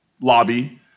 lobby